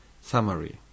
Summary